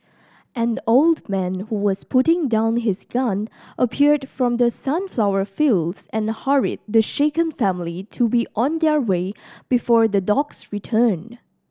an old man who was putting down his gun appeared from the sunflower fields and hurried the shaken family to be on their way before the dogs return